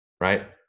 right